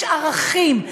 יש ערכים,